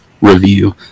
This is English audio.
review